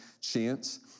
chance